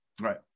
Right